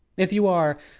if you are,